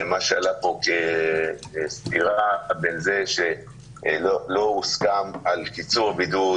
מה שעלה פה כסתירה בין זה שלא הוסכם על קיצור בידוד